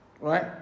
Right